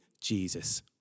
Jesus